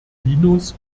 linus